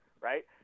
right